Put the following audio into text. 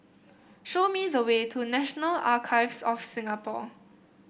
show me the way to National Archives of Singapore